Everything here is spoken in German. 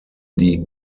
die